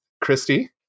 Christy